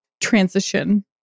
transition